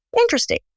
Interesting